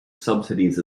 subsidies